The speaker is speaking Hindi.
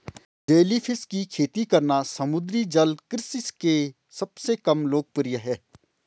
जेलीफिश की खेती करना समुद्री जल कृषि के सबसे कम लोकप्रिय है